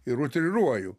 ir utiriruoju